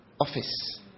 office